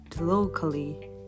locally